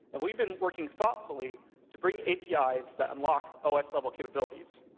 and we've been working thoughtfully to bring apis that unlock ah os-level capabilities.